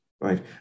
right